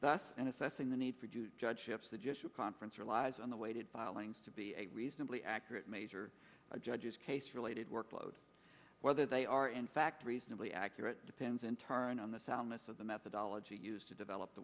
thus and assessing the need for do judgeships that just a conference relies on the weighted filings to be a reasonably accurate measure by judges case related workload whether they are in fact reasonably accurate depends in turn on the soundness of the methodology used to develop the